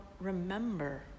remember